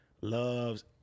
loves